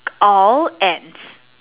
all ants